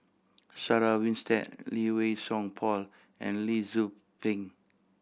Sarah Winstedt Lee Wei Song Paul and Lee Tzu Pheng